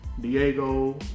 Diego